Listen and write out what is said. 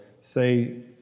say